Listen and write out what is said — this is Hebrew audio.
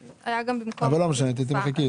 שב לנקודה החשובה שבגללה התכנסנו היום ובאנו,